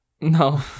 No